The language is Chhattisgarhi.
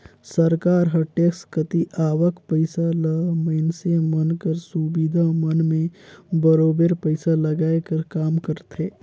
सरकार हर टेक्स कती आवक पइसा ल मइनसे मन कर सुबिधा मन में बरोबेर पइसा लगाए कर काम करथे